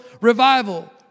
revival